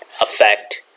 affect